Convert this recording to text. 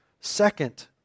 Second